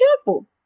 careful